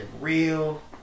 real